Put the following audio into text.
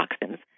toxins